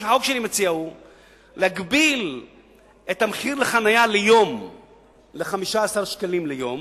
מה שהחוק שלי מציע הוא להגביל את מחיר החנייה ל-15 שקלים ליום,